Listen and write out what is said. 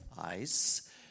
ICE